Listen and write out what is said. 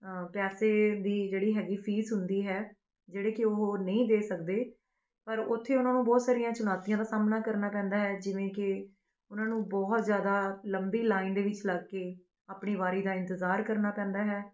ਪੈਸੇ ਦੀ ਜਿਹੜੀ ਹੈਗੀ ਫੀਸ ਹੁੰਦੀ ਹੈ ਜਿਹੜੇ ਕੀ ਉਹ ਨਹੀਂ ਦੇ ਸਕਦੇ ਪਰ ਉੱਥੇ ਉਹਨਾਂ ਨੂੰ ਬਹੁਤ ਸਾਰੀਆਂ ਚੁਣੌਤੀਆਂ ਦਾ ਸਾਹਮਣਾ ਕਰਨਾ ਪੈਂਦਾ ਹੈ ਜਿਵੇਂ ਕਿ ਉਹਨਾਂ ਨੂੰ ਬਹੁਤ ਜ਼ਿਆਦਾ ਲੰਬੀ ਲਾਈਨ ਦੇ ਵਿੱਚ ਲੱਗਕੇ ਆਪਣੀ ਵਾਰੀ ਦਾ ਇੰਤਜ਼ਾਰ ਕਰਨਾ ਪੈਂਦਾ ਹੈ